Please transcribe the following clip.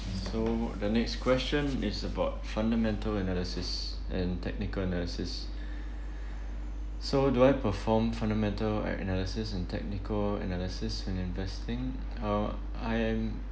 so the next question is about fundamental analysis and technical analysis so do I perform fundamental a~ analysis and technical analysis in investing uh I am